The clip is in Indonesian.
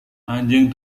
anjing